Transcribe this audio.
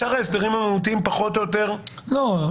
שאר ההסדרים המהותיים פחות או יותר --- לא,